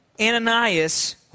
Ananias